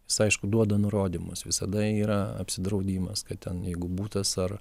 jis aišku duoda nurodymus visada yra apsidraudimas kad ten jeigu butas ar